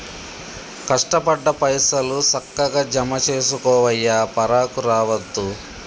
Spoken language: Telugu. కష్టపడ్డ పైసలు, సక్కగ జమజేసుకోవయ్యా, పరాకు రావద్దు